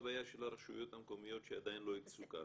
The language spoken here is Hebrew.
הבעיה של הרשויות המקומיות שעדיין לא הקצו קרקע.